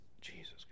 Jesus